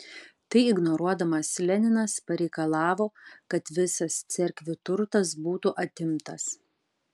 tai ignoruodamas leninas pareikalavo kad visas cerkvių turtas būtų atimtas